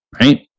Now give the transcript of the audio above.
right